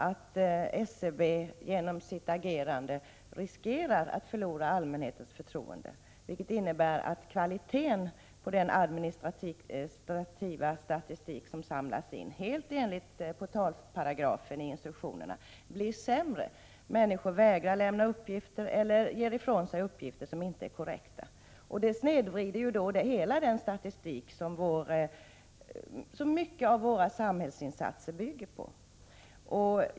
av att SCB genom sitt agerande riskerar att förlora allmänhetens förtroende, Om viss uppdragsverkvilket innebär att kvaliteten på den administrativa statistik som samlas in, samhet hos SCB helt enligt portalparagrafen i instruktionen, blir sämre. Människor vägrar lämna uppgifter eller ger ifrån sig uppgifter som inte är korrekta. Det snedvrider hela den statistik som många av våra samhällsinsatser bygger på.